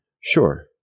Sure